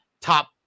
top